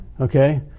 okay